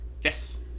Yes